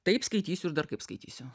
taip skaitysiu ir dar kaip skaitysiu